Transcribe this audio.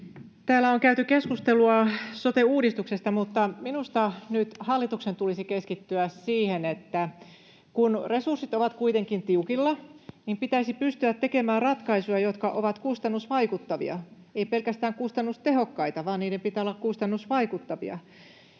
Täällä on käyty keskustelua sote-uudistuksesta, mutta minusta nyt hallituksen tulisi keskittyä siihen, että kun resurssit ovat kuitenkin tiukilla, niin pitäisi pystyä tekemään ratkaisuja, jotka ovat kustannusvaikuttavia — ei pelkästään kustannustehokkaita, vaan niiden pitää olla kustannusvaikuttavia.